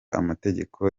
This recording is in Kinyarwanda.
amategeko